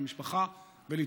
את המשפחה,